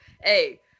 Hey